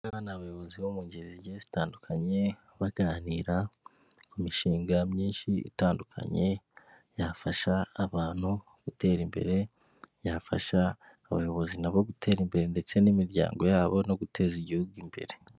Aba ngaba n'abayobozi bo mu ngeri zigiye zitandukanye, baganira ku mishinga myinshi itandukanye yafasha abantu gutera imbere, yafasha abayobozi nabo gutera imbere ndetse n'imiryango yabo no guteza igihugu imbere.